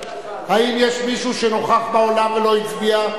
האם יש מישהו שנוכח באולם ולא הצביע?